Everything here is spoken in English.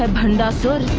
um bhandasur